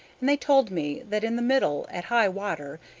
and they told me that in the middle, at high water,